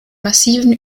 massiven